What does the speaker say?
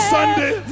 Sunday